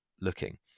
looking